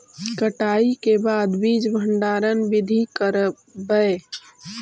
कटाई के बाद बीज भंडारन बीधी करबय?